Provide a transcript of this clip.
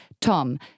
Tom